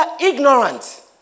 ignorant